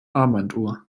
armbanduhr